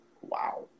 Wow